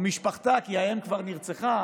או משפחתה, כי האם כבר נרצחה,